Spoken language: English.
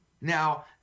Now